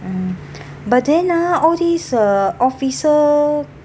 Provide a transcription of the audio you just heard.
mm but then ah all this err officer